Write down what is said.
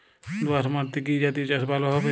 দোয়াশ মাটিতে কি জাতীয় চাষ ভালো হবে?